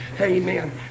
Amen